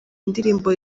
indirimbo